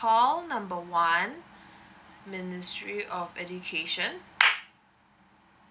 call number one ministry of education